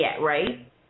right